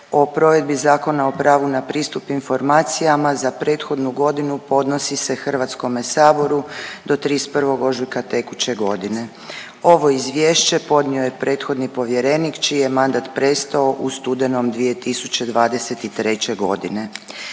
o provedbi Zakona o pravu na pristup informacijama za prethodnu godinu podnosi se HS-u do 31. ožujka tekuće godine. Ovo izvješće podnio je prethodni povjerenik čiji je mandat prestao u studenom 2023.g..